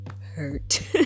hurt